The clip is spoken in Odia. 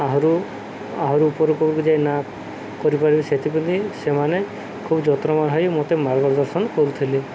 ଆହୁରି ଆହୁରି ଉପରକୁ ଯାଇ ନାଁ କରିପାରିବି ସେଥିପ୍ରତି ସେମାନେ ଖୁବ ଯତ୍ନ ହୋଇ ମୋତେ ମାର୍ଗଦର୍ଶନ କରୁଥିଲେ